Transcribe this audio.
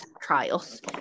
trials